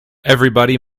everybody